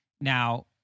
now